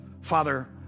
Father